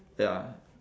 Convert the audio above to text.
ya